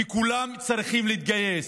כי כולם צריכים להתגייס,